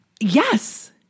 Yes